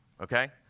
Okay